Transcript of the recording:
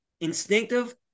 instinctive